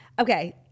okay